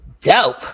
Dope